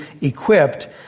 equipped